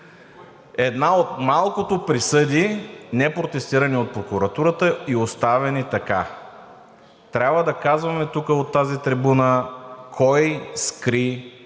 Една от малкото присъди, непротестирани от прокуратурата, и оставени така. Трябва да казваме тук от тази трибуна кой скри